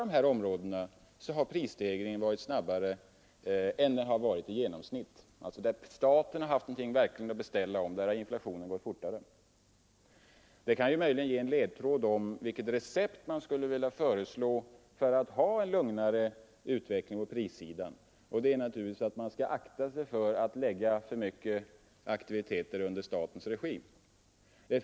På områden där staten haft någonting att beställa har inflationen gått snabbare. Det kan möjligen ge en ledtråd om vilket recept man skulle vilja föreslå för en lugnare utveckling på prissidan. Receptet är naturligtvis att man skall akta sig för att lägga för mycket aktiviteter i statens regi.